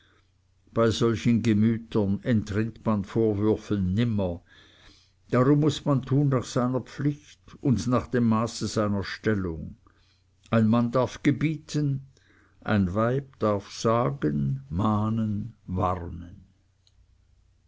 bei solchen gemütern entrinnt man vorwürfen nimmer darum muß man tun nach seiner pflicht und nach dem maße seiner stellung ein mann darf gebieten ein weib darf sagen mahnen warnen